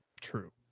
True